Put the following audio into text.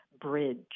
bridge